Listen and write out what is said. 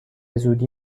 زودی